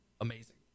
amazing